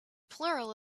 plural